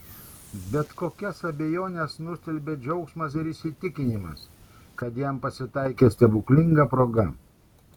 bet kokias abejones nustelbia džiaugsmas ir įsitikinimas kad jam pasitaikė stebuklinga proga